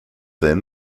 then